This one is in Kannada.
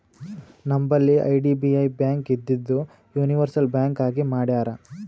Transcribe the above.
ನಂಬಲ್ಲಿ ಐ.ಡಿ.ಬಿ.ಐ ಬ್ಯಾಂಕ್ ಇದ್ದಿದು ಯೂನಿವರ್ಸಲ್ ಬ್ಯಾಂಕ್ ಆಗಿ ಮಾಡ್ಯಾರ್